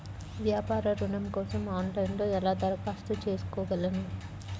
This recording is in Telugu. వ్యాపార ఋణం కోసం ఆన్లైన్లో ఎలా దరఖాస్తు చేసుకోగలను?